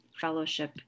Fellowship